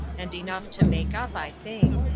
and enough to make up, i think.